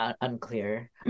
Unclear